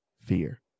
Fear